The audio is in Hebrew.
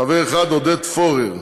חבר אחד: עודד פורר,